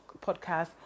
podcast